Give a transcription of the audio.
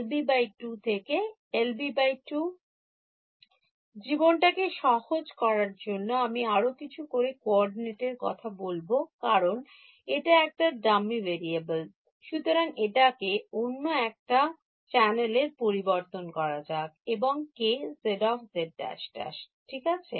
− LB 2 থেকে LB 2 এটাকে সহজ করার জন্য আমি আরো কিছু করে coordinate এর কথা বলবো কারণ এটা একটা dummy variable সুতরাং এটাকে অন্য একটা চিনলে পরিবর্তন করা যাক এবং Kz z′′ ঠিক আছে